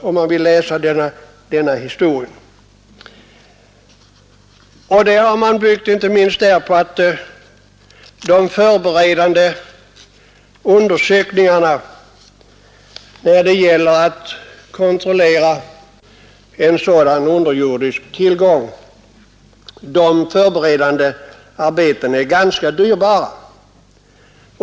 Det framgår av historien. Och det har man byggt inte minst på att de förberedande undersökningarna när det gäller att kontrollera en sådan underjordisk tillgång är ganska dyra.